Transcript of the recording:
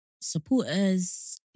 supporters